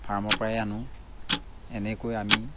ফাৰ্মৰ পৰাই আনো এনেকৈ আমি